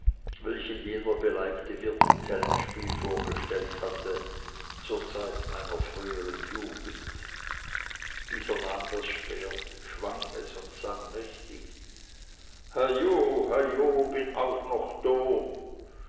welchen jener beleibte wirt im tellenspiel vorgestellt hatte zur zeit meiner früheren jugend dieser nahm das schwert schwang es und sang mächtig heio heio bin auch noch do